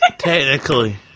Technically